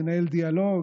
מנהל דיאלוג,